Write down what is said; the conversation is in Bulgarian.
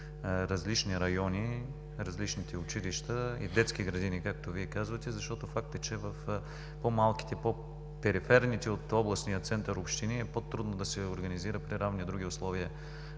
различни райони – в различните училища и детски градини, както Вие казвате, защото факт е, че в по-малките, по-периферните от областния център общини е по-трудно да се организира при равни други условия